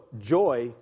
joy